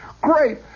Great